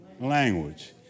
language